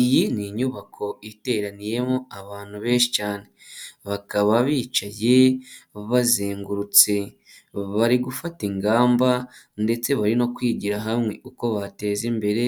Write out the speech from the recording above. Iyi ni inyubako iteraniyemo abantu benshi cyane bakaba bicaye bazengurutse, bari gufata ingamba ndetse bari no kwigira hamwe uko bateza imbere